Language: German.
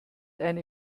eine